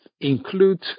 include